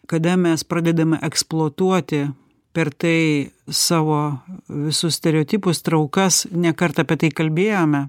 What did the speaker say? kada mes pradedame eksploatuoti per tai savo visus stereotipus traukas ne kartą apie tai kalbėjome